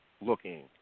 looking